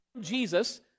Jesus